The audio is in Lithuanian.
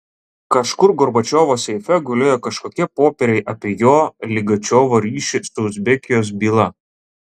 kažkur gorbačiovo seife gulėjo kažkokie popieriai apie jo ligačiovo ryšį su uzbekijos byla